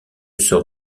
sort